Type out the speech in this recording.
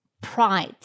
pride